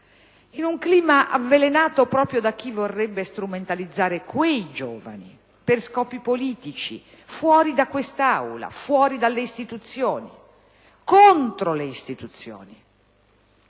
in un clima avvelenato proprio da chi vorrebbe strumentalizzare quei giovani per scopi politici, fuori da quest'Aula, fuori dalle istituzioni, contro le istituzioni.